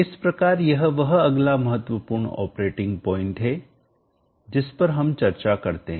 इस प्रकार यह वह अगला महत्वपूर्ण ऑपरेटिंग पॉइंट है जिस पर हम विचार करते हैं